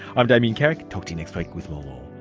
i'm damien carrick, talk to you next week with more law